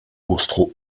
austro